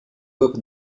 opened